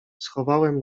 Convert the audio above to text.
schowałem